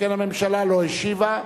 שכן הממשלה לא השיבה.